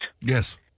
Yes